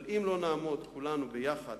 אבל אם לא נעמוד כולנו יחד